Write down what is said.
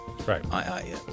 Right